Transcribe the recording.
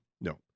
No